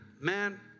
man